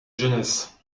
jeunesse